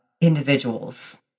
individuals